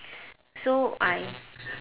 so I